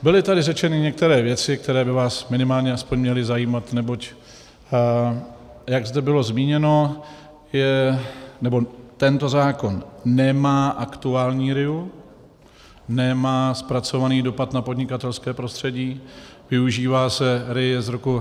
Byly tady ale řečeny některé věci, které by vás minimálně aspoň měly zajímat, neboť jak zde bylo zmíněno, tento zákon nemá aktuální RIA, nemá zpracovaný dopad na podnikatelské prostředí, využívá se RIA z roku 2015.